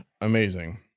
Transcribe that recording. amazing